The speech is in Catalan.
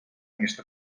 aquesta